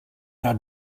how